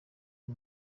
iyi